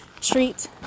treat